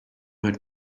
had